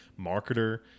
marketer